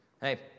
hey